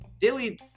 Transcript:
daily